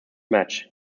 match